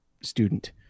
student